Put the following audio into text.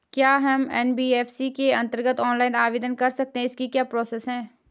क्या हम एन.बी.एफ.सी के अन्तर्गत ऑनलाइन आवेदन कर सकते हैं इसकी क्या प्रोसेस है?